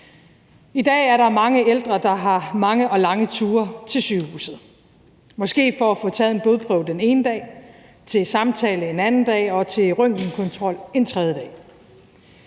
I dag er der mange ældre, der har mange og lange ture til sygehuset, måske for at få taget en blodprøve den ene dag, for at komme til samtale en anden dag og til røntgenkontrol en tredje dag.